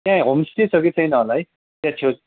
त्यहाँ होमस्टे छ कि छैन होला है त्यहाँ छेउ